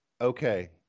Okay